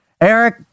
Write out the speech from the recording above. Eric